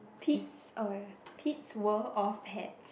Pete's oh Pete's world of pets